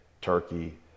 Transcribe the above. turkey